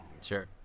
sure